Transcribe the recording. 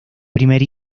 primer